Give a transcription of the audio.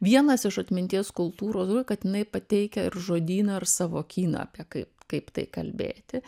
vienas iš atminties kultūros kad jinai pateikia ir žodyną ir savokyną apie kaip kaip tai kalbėti